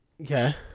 Okay